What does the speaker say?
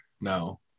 no